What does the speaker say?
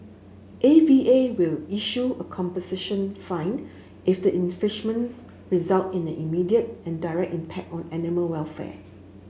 A V A will issue a composition fine if the infringements result in an immediate and direct impact on animal welfare